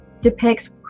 depicts